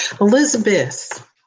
Elizabeth